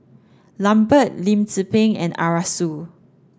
Lambert Lim Tze Peng and Arasu